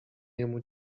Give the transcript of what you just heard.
niemu